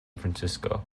francisco